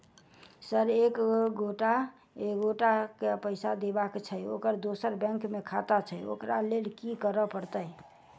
Sir एक एगोटा केँ पैसा देबाक छैय ओकर दोसर बैंक मे खाता छैय ओकरा लैल की करपरतैय?